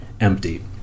empty